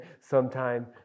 sometime